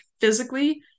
physically